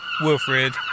wilfred